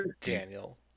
daniel